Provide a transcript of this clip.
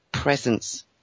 presence